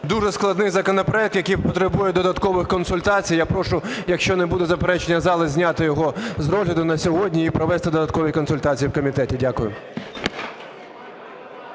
дуже складний законопроект, який потребує додаткових консультацій, я прошу, якщо не буде заперечення зали, зняти його з розгляду на сьогодні і провести додаткові консультації в комітеті. Дякую.